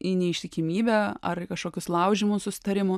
į neištikimybę ar kažkokius laužymus susitarimų